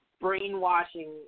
brainwashing